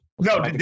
No